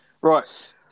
Right